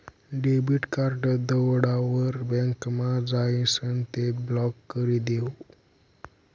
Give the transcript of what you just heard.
debit card दवडावर बँकमा जाइसन ते ब्लॉक करी देवो